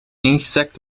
ingezakt